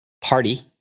party